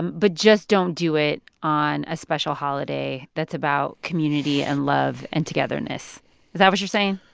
and but just don't do it on a special holiday that's about community and love and togetherness. is that what you're saying?